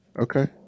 Okay